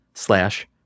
slash